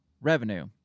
revenue